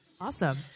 Awesome